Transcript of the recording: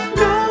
no